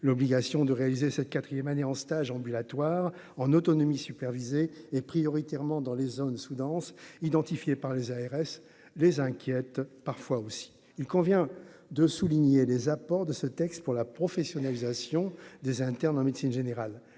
l'obligation de réaliser cette 4ème année en stage ambulatoire en autonomie supervisée et prioritairement dans les zones sous-denses identifiés par les ARS les inquiète parfois aussi, il convient de souligner les apports de ce texte pour la professionnalisation des internes en médecine générale